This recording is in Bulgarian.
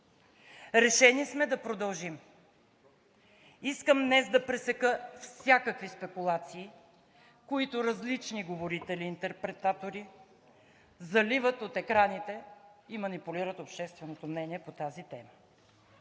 решени сме да продължим. Искам днес да пресека всякакви спекулации, с които различни говорители и интерпретатори ни заливат от екраните и манипулират общественото мнение по тази тема.